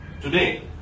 today